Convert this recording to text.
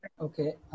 okay